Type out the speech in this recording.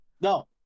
No